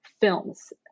films